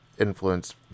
influence